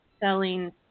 selling